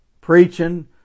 preaching